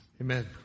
Amen